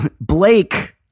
Blake